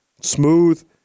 smooth